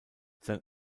sein